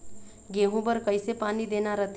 गेहूं बर कइसे पानी देना रथे?